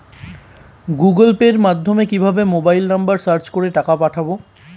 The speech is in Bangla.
গুগোল পের মাধ্যমে কিভাবে মোবাইল নাম্বার সার্চ করে টাকা পাঠাবো?